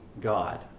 God